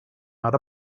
not